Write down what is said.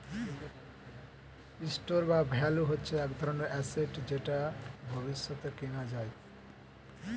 store of value হচ্ছে এক ধরনের অ্যাসেট যেটা ভবিষ্যতে কেনা যায়